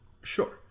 Sure